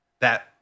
that-